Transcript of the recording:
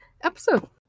episode